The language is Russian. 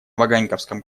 ваганьковском